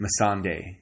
Masande